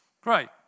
Great